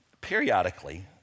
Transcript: periodically